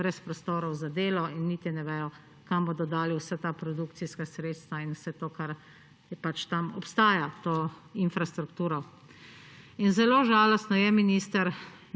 Brez prostorov za delo in niti ne vejo, kam bodo dali vsa ta produkcijska sredstva in vse to, kar pač tam obstaja, to infrastrukturo. Zelo žalostno je, minister,